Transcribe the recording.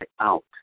out